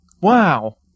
Wow